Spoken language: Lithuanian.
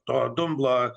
to dumblo